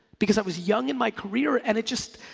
because i was young in my career and it just,